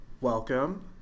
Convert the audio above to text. welcome